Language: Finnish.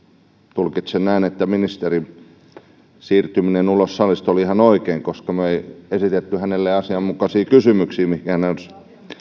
tulkitsen näin että ministerin siirtyminen ulos salista oli ihan oikein koska me emme esittäneet hänelle asianmukaisia kysymyksiä mihin hän olisi